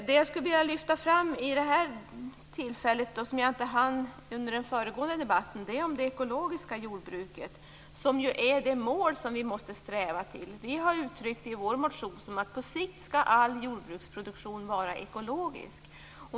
Det jag skulle vilja lyfta fram nu, eftersom jag inte hann göra det under den föregående debatten, är det ekologiska jordbruket, som är det mål som vi måste sträva mot. Vi har uttryckt i vår motion det som så att all jordbruksproduktion på sikt skall vara ekologisk.